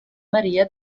maria